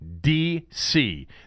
d-c